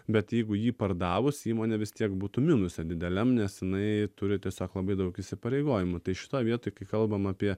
bet jeigu jį pardavus įmonė vis tiek būtų minuse dideliam nes jinai turi tiesiog labai daug įsipareigojimų tai šitoj vietoj kai kalbam apie